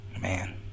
Man